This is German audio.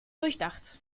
durchdacht